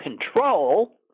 control